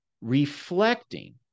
reflecting